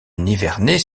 nivernais